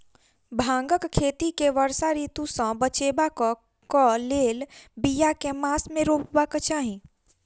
भांगक खेती केँ वर्षा ऋतु सऽ बचेबाक कऽ लेल, बिया केँ मास मे रोपबाक चाहि?